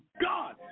God